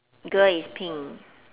girl is pink